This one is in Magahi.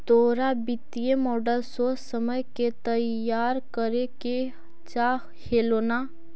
तोरा वित्तीय मॉडल सोच समझ के तईयार करे के चाह हेलो न